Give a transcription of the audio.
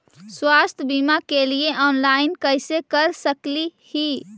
स्वास्थ्य बीमा के लिए ऑनलाइन कैसे कर सकली ही?